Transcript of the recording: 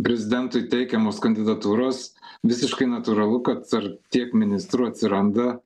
prezidentui teikiamos kandidatūros visiškai natūralu kad tarp tiek ministrų atsiranda